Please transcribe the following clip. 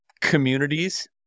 communities